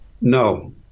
no